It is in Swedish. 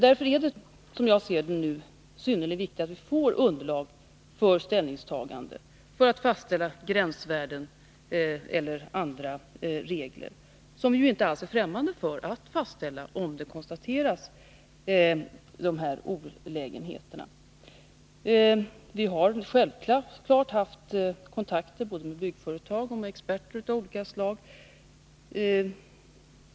Därför är det, som jag ser det, synnerligen viktigt att vi får underlag för ställningstagande för att fastställa gränsvärden eller andra regler, som vi inte alls är fftämmande för att fastställa — om olägenheter konstateras. Vi har självfallet haft kontakt både med byggföretag och med experter av olika slag.